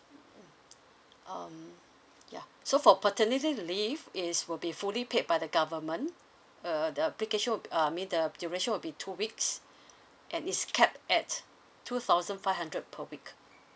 um ya so for paternity leave is will be fully paid by the government uh the application will be uh I mean the duration will be two weeks and is capped at two thousand five hundred per week